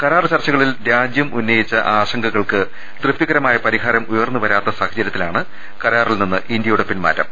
കരാർ ചർച്ചകളിൽ രാജ്യം ഉന്നയിച്ച ആശങ്കകൾക്ക് തൃപ്തികരമായ പരിഹാരം ഉയർന്നുവരാത്ത സാഹചരൃത്തിലാണ് കരാറിൽ നിന്ന് ഇന്ത്യയുടെ പിൻമാറ്റം